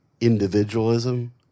individualism